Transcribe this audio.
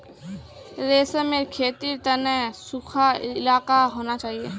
रेशमेर खेतीर तने सुखा इलाका होना चाहिए